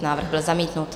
Návrh byl zamítnut.